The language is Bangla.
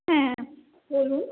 হ্যাঁ বলুন